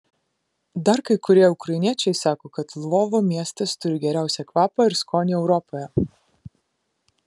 dar kai kurie ukrainiečiai sako kad lvovo miestas turi geriausią kvapą ir skonį europoje